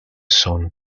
son